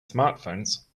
smartphones